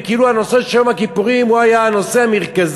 וכאילו הנושא של יום הכיפורים הוא היה הנושא המרכזי,